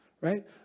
right